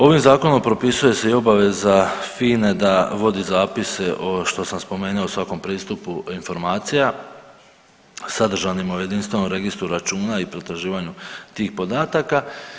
Ovim zakonom propisuje se i obaveza FINA-e da vodi zapise što sam spomenuo o svakom pristupu informacija sadržanima u jedinstvenom registru računa i pretraživanju tih podataka.